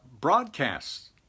broadcasts